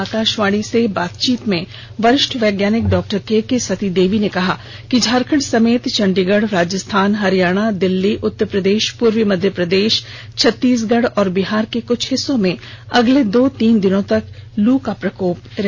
आकाशवाणी से बातचीत में वरिष्ठ वैज्ञानिक डॉ के के सती देवी ने कहा है कि झारखंड समेत चंडीगढ राजस्थान हरियाणा दिल्ली उत्तर प्रदेश पूर्वी मध्य प्रदेश छत्तीसगढ़ और बिहार के कुछ हिस्सों में अगले दो और तीन दिन में लू का प्रकोप जारी रह सकता है